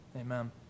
Amen